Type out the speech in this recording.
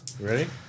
Ready